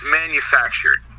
manufactured